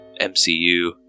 MCU